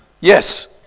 Yes